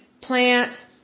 plants